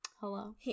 hello